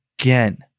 again